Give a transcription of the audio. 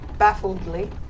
baffledly